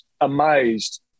amazed